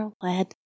led